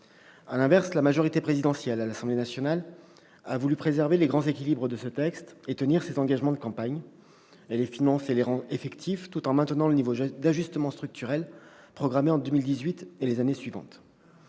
À l'inverse, la majorité présidentielle, à l'Assemblée nationale, a voulu préserver les grands équilibres de ce texte et tenir ses engagements de campagne. Elle les finance et les rend effectifs, tout en maintenant le niveau d'ajustement structurel programmé en 2018 et les années suivantes.